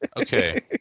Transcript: Okay